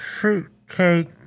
fruitcake